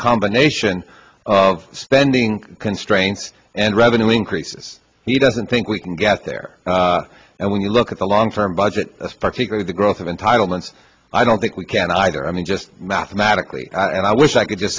combination of spending constraints and revenue increases he doesn't think we can get there and when you look at the long term budget particularly the growth of entitlements i don't think we can i don't i mean just mathematically and i wish i could just